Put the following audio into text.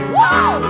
Whoa